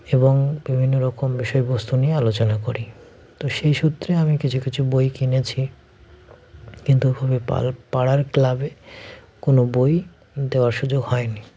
এবং বিভিন্ন রকম বিষয়বস্তু নিয়ে আলোচনা করি তো সেই সূত্রে আমি কিছু কিছু বই কিনেছি কিন্তু খুবই পাল পাড়ার ক্লাবে কোনো বই দেওয়ার সুযোগ হয় নি